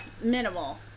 minimal